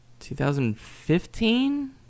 2015